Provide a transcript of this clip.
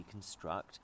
deconstruct